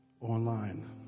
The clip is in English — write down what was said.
online